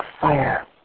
fire